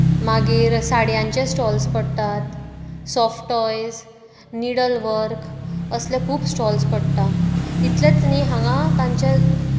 मागीर साडयांचें स्टॉल्स पडटात सॉफ्ट टॉयस नीडल वर्क असले खूब स्टॉल्स पडटात इतलेच न्ही हांगा तांचे